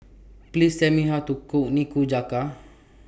Please Tell Me How to Cook Nikujaga